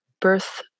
birth